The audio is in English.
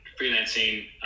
freelancing